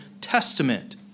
Testament